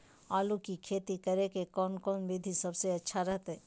आलू की खेती करें के कौन कौन विधि सबसे अच्छा रहतय?